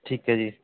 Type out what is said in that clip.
ਠੀਕ ਹੈ ਜੀ